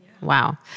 Wow